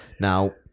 Now